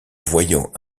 voyant